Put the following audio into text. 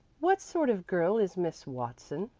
what sort of girl is miss watson?